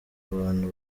abantu